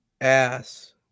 Ass